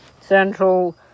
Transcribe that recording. central